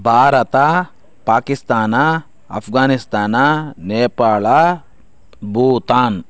Bharat Pakistan Afghanistan Nepal Bhutan